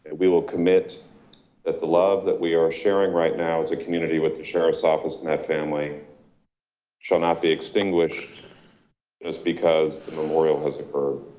and we will commit that the love that we are sharing right now as a community with the sheriff's office and that family shall not be extinguished just because the memorial has occurred.